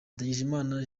ndagijimana